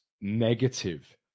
negative